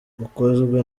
ukozwe